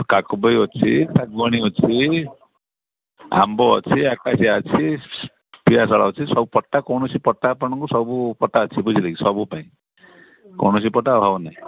କାକପୋଇ ଅଛି ଶାଗୁଆନ ଅଛି ଆମ୍ବ ଅଛି ଆକାଶିଆ ଅଛି ପିଆଶାଳ ଅଛି ସବୁ ପଟା କୌଣସି ପଟା ଆପଣଙ୍କୁ ସବୁ ପଟା ଅଛି ବୁଝିଲ କିି ସବୁ ପାଇଁ କୌଣସି ପଟା ଅଭାବ ନାହିଁ